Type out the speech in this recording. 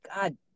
God